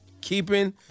Keeping